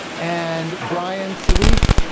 and brian solis,